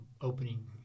opening